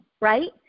right